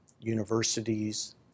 universities